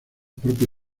propio